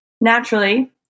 Naturally